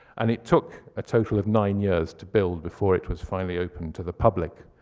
and it took a total of nine years to build before it was finally open to the public.